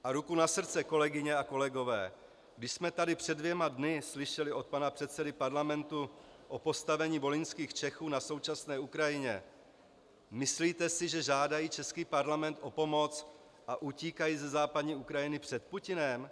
A ruku na srdce, kolegyně a kolegové, když jsme tady před dvěma dny slyšeli od pana předsedy parlamentu o postavení volyňských Čechů na současné Ukrajině, myslíte si, že žádají český parlament o pomoc a utíkají ze západní Ukrajiny před Putinem?